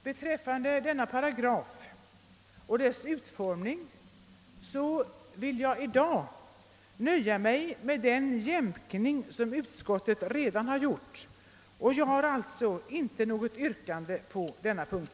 Beträffande denna paragrafs utformning vill jag emellertid, herr talman, i dag nöja mig med den jämkning som utskottet redan har gjort, och jag har alltså inte i dag något yrkande under denna punkt.